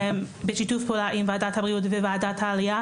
בשיתוף פעולה עם ועדת הבריאות וועדת העלייה,